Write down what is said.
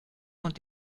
und